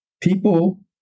people